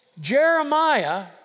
Jeremiah